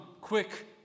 quick